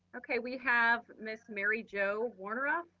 okay, we have ms. mary jo woronoff.